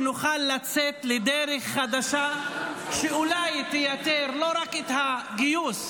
שנוכל לצאת לדרך חדשה שאולי תייתר לא רק את הגיוס,